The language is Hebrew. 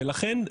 ולכן,